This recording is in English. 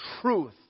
truth